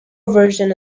version